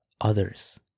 others